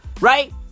right